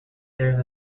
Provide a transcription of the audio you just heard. there